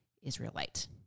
Israelite